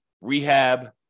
rehab